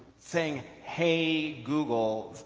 saying hey, google,